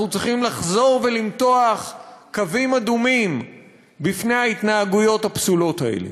אנחנו צריכים לחזור ולמתוח קווים אדומים בפני ההתנהגויות הפסולות האלה.